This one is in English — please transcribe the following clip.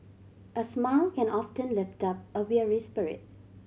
a smile can often lift up a weary spirit